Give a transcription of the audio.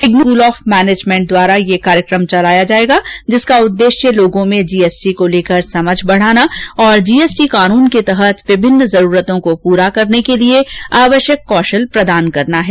इग्नू के school of management द्वारा यह कार्यक्रम चलाया जाएगा जिसका उद्देश्य लोगों में जीएसटी को लेकर समझ बढाना और जीएसटी कानून के तहत विभिन्न जरूरतों को पूरा करने के लिए आवश्यक कौशल प्रदान करना है